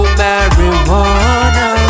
marijuana